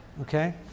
okay